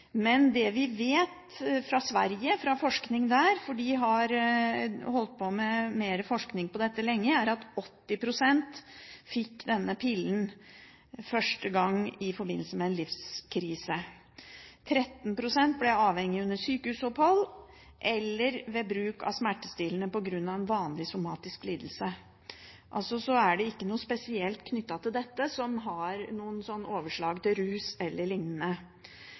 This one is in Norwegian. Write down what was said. men det er knyttet stort sett til helt vanlige situasjoner i livet. Det vi vet fra forskning i Sverige – de har holdt på med forskning på dette lenge – er at 80 pst. fikk denne pillen første gang i forbindelse med en livskrise, 13 pst. ble avhengige under sykehusopphold eller ved bruk av smertestillende på grunn av en vanlig somatisk lidelse. Det er altså ikke noe spesielt knyttet til dette som har overslag til rus